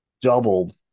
doubled